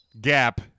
gap